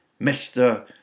Mr